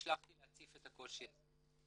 נשלחתי להציף את הקושי הזה.